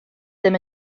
ddim